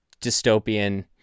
dystopian